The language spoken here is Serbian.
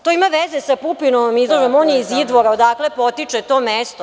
To ima veze sa Pupinom, on je iz Idvora, odakle potiče to mesto.